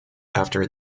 after